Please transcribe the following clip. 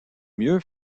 mieux